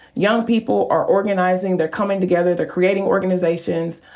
young people are organizing. they're coming together. they're creating organizations.